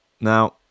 Now